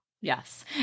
Yes